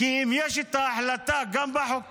יש שאלות בהמשך לחוק